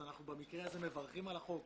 במקרה הזה אנחנו מברכים על החוק,